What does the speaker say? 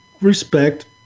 respect